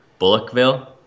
Bullockville